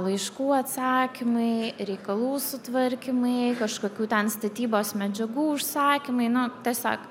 laiškų atsakymai reikalų sutvarkymai kažkokių ten statybos medžiagų užsakymai nu tiesiog